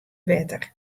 wetter